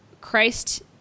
Christ